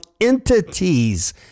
entities